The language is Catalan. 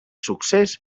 succés